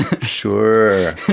sure